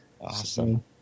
Awesome